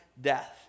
death